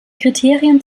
kriterien